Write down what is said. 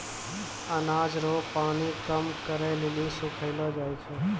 अनाज रो पानी कम करै लेली सुखैलो जाय छै